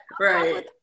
right